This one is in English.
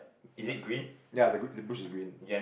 <UNK ya the the bush is green